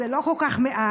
זה לא כל כך מעט.